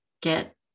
get